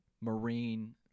marine –